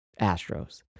Astros